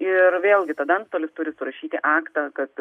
ir vėlgi tada antstolis turi surašyti aktą kad